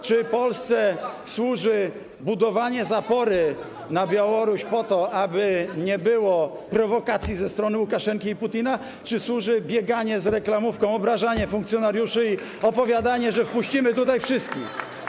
Czy Polsce służy budowanie zapory na granicy z Białorusią, aby nie było prowokacji ze strony Łukaszenki i Putina, czy służy bieganie z reklamówką, obrażanie funkcjonariuszy i opowiadanie, że wpuścimy tutaj wszystkich?